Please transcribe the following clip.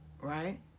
right